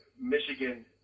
Michigan